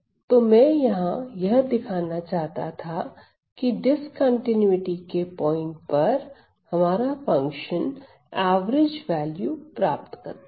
तो मैं यहां यह दिखाना चाहता था कि डिस्कंटीन्यूटी के पॉइंट पर हमारा फंक्शन एवरेज वैल्यू प्राप्त करता है